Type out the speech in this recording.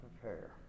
prepare